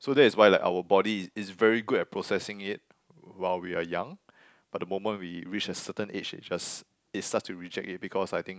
so that is why like our body is is very good at processing it while we are young but the moment we reach a certain age it just it starts to reject it because I think